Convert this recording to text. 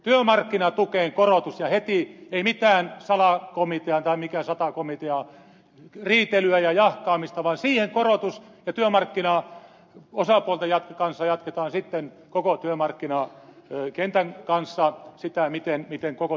työmarkkinatukeen korotus ja heti ei mitään salakomitean tai mikä sata komitea riitelyä ja jahkaamista vaan siihen korotus ja työmarkkinaosapuolten kanssa koko työmarkkinakentän kanssa jatketaan sitten sitä kysymystä miten koko työt tömyysturvan osalta tehdään